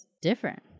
different